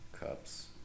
Cups